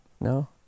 No